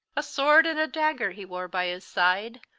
a sword and a dagger he wore by his side,